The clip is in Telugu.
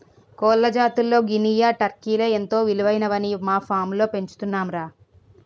కోళ్ల జాతుల్లో గినియా, టర్కీలే ఎంతో విలువైనవని మా ఫాంలో పెంచుతున్నాంరా